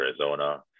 Arizona